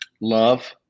Love